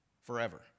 forever